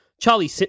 Charlie